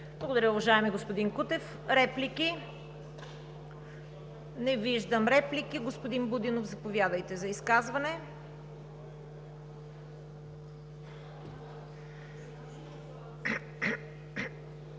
Благодаря Ви, уважаеми господин Кутев. Реплики? Не виждам. Господин Будинов, заповядайте за изказване.